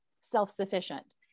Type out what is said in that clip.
self-sufficient